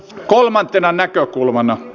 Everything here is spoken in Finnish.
kolmantena näkökulmana